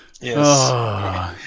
Yes